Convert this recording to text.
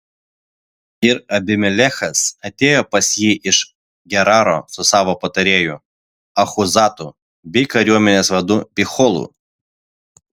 ir abimelechas atėjo pas jį iš geraro su savo patarėju achuzatu bei kariuomenės vadu picholu